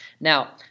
Now